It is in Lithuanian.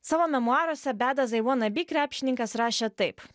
savo memuaruose bad as i wanna be krepšininkas rašė taip